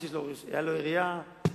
אף-על-פי שהיתה לו עירייה,